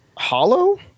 hollow